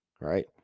right